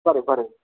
പറയു പറയു